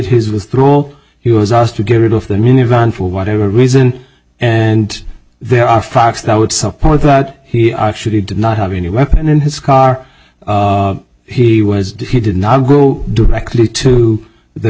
his withdrawal he was asked to get rid of the minivan for whatever reason and there are facts that would support that he actually did not have any weapon in his car he was he did not go directly to the